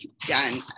done